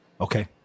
Okay